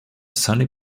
sunny